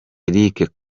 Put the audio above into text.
eric